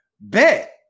bet